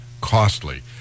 costly